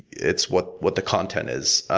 it's what what the content is.